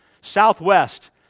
southwest